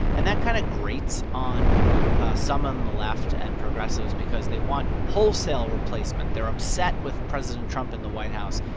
and that kind of grates on some on the left and progressives because they want wholesale replacement. they're upset with president trump in the white house,